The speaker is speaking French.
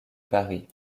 paris